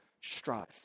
strive